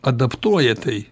adaptuoja tai